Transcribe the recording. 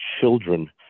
children